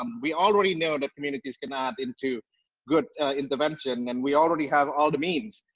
um we already know that communities can add into good intervention and we already have all the means.